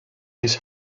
his